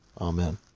Amen